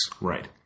Right